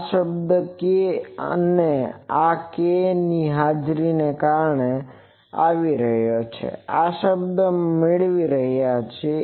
આ શબ્દ k આ kની હાજરીને કારણે આવી રહ્યો છે તમે આ શબ્દ મેળવી રહ્યાં છો